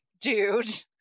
dude